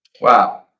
Wow